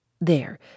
There